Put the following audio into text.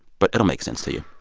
but it'll make sense to you.